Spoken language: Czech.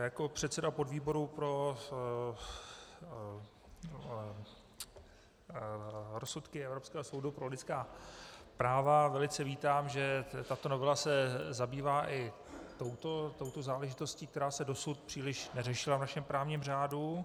Jako předseda podvýboru pro rozsudky Evropského soudu pro lidská práva velice vítám, že tato novela se zabývá i touto záležitostí, která se dosud příliš neřešila v našem právním řádu.